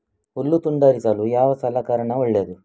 ಹುಲ್ಲು ತುಂಡರಿಸಲು ಯಾವ ಸಲಕರಣ ಒಳ್ಳೆಯದು?